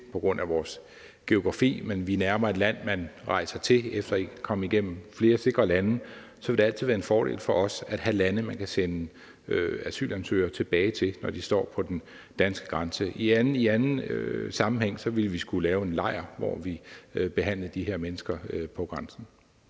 min formodning. Vi er nærmere et land, man rejser til efter være kommet igennem flere sikre lande, så det vil altid være en fordel for os at have lande, man kan sende asylansøgere tilbage til, når de står ved den danske grænse. I anden sammenhæng ville vi skulle lave en lejr, hvor vi behandlede de her mennesker ved grænsen.